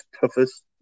toughest